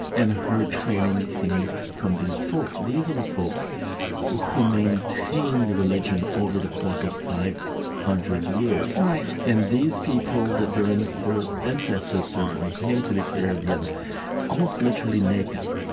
and her training came from these folks. these are the folks who maintained religion over the course of five hundred years right and these people, that there and there ancestors certainly came to the caribbean almost literally naked.